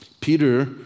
Peter